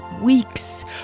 weeks